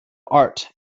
art